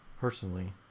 personally